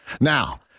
Now